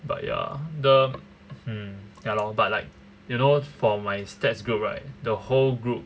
but ya the hmm ya lor but like you know for my stats group right the whole group